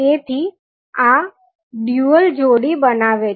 તેથી આ ડ્યુઅલ જોડી બનાવે છે